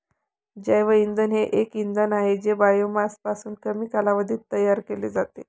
जैवइंधन हे एक इंधन आहे जे बायोमासपासून कमी कालावधीत तयार केले जाते